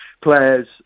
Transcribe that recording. players